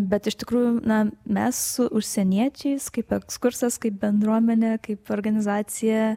bet iš tikrųjų na mes su užsieniečiais kaip ekskursas kaip bendruomenė kaip organizacija